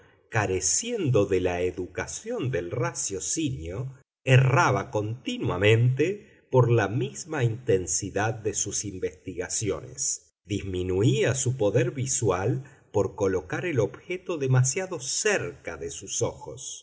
careciendo de la educación del raciocinio erraba continuamente por la misma intensidad de sus investigaciones disminuía su poder visual por colocar el objeto demasiado cerca de sus ojos